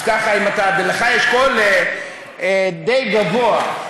ולך יש קול די גבוה,